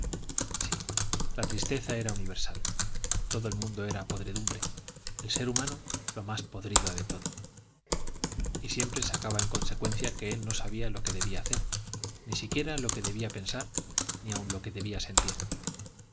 sí la tristeza era universal todo el mundo era podredumbre el ser humano lo más podrido de todo y siempre sacaba en consecuencia que él no sabía lo que debía hacer ni siquiera lo que debía pensar ni aun lo que debía sentir